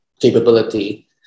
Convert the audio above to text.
capability